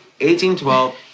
1812